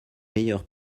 meilleurs